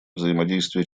взаимодействие